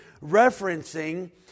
referencing